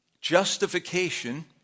Justification